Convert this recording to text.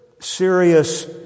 serious